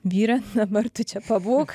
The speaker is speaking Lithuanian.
vyre dabar tu čia pabūk